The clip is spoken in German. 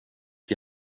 die